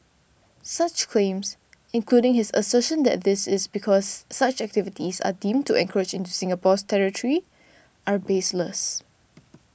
such claims including his assertion that this is because such activities are deemed to encroach into Singapore's territory are baseless